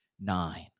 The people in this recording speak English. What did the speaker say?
nine